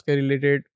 related